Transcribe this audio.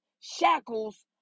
shackles